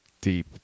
deep